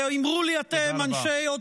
ואמרו לי אתם, אנשי, תודה רבה.